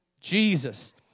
Jesus